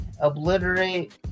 obliterate